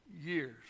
years